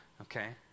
Okay